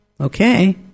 Okay